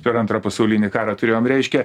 per antrą pasaulinį karą turėjom reiškia